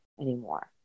anymore